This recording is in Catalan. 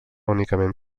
únicament